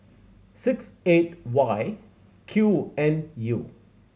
six eight Y Q N U